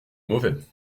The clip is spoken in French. mauvais